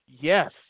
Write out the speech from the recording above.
Yes